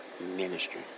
ministry